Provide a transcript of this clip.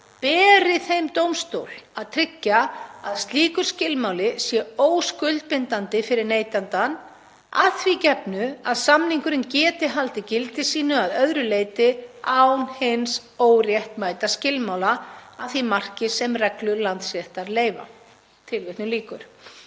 beri þeim dómstól að tryggja að slíkur skilmáli sé óskuldbindandi fyrir neytandann að því gefnu að samningurinn geti haldið gildi sínu að öðru leyti án hins óréttmæta skilmála að því marki sem reglur landsréttar leyfa.“ Enn fremur